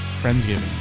Friendsgiving